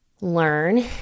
learn